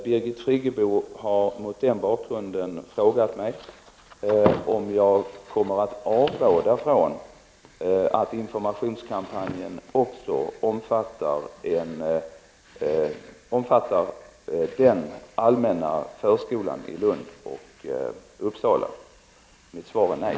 Birgit Friggebo har mot den bakgrunden frågat mig om jag kommer att avråda från att informationskampanjen också omfattar den allmänna förskolan i Lund och Uppsala. Mitt svar är nej.